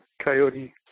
Coyote